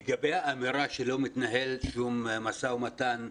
לגבי האמירה שלא מתנהל שום משא ומתן.